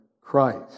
Christ